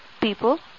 people